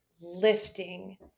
lifting